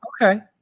okay